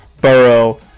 Burrow